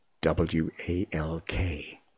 W-A-L-K